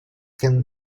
can